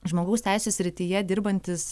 žmogaus teisių srityje dirbantys